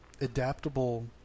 adaptable